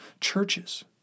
churches